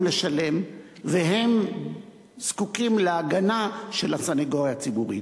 לשלם והם זקוקים להגנה של הסניגוריה הציבורית.